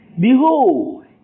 Behold